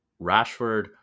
Rashford